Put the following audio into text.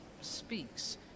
speaks